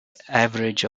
average